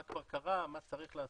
מה כבר קרה, מה צריך לעשות.